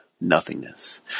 Nothingness